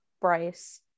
Bryce